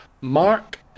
Mark